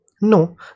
No